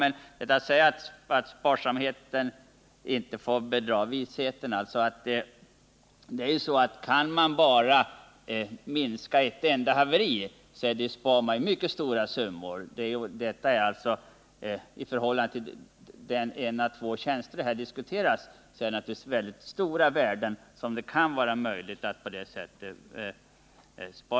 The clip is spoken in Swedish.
Försvarsministern säger att sparsamheten inte får bedra visheten. Kan man minska antalet haverier med ett enda, så spar man mycket stora summor. I förhållande till de en å två tjänster som här diskuteras är det naturligtvis mycket stora värden som det kan vara möjligt att på det sättet rädda.